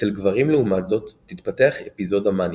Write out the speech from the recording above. אצל גברים לעומת זאת תתפתח אפיזודה מאנית.